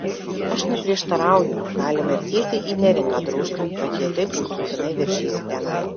aš neprieštarauju galime ir tiesiai į neringą drožti kad jau taip žūtbūtinai veržiesi tenai